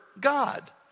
God